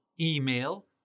Email